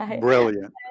Brilliant